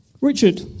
Richard